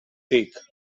tic